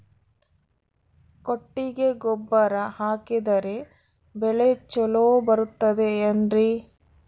ಕೊಟ್ಟಿಗೆ ಗೊಬ್ಬರ ಹಾಕಿದರೆ ಬೆಳೆ ಚೊಲೊ ಬರುತ್ತದೆ ಏನ್ರಿ?